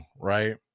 right